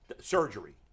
surgery